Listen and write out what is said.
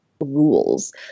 rules